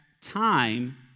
time